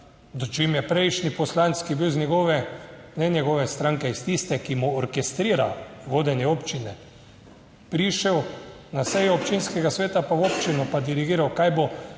Dočim je prejšnji poslanec, ki je bil iz njegove, ne njegove stranke, iz tiste, ki mu orkestrira vodenje občine, prišel na sejo občinskega sveta pa v občino pa dirigiral, kaj bo,